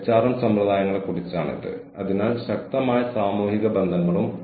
വിവിധ ഘട്ടങ്ങളിൽ ഹ്യൂമൺ ക്യാപിറ്റലിന്റെ ഉത്പാദനം